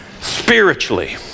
spiritually